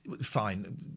fine